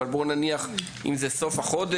אבל בואו נניח אם זה סוף החודש,